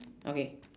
okay